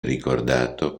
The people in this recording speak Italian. ricordato